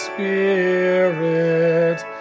Spirit